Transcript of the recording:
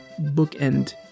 bookend